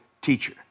teacher